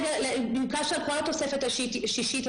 רגע --- התוספת השישית,